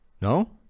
No